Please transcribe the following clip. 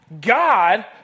God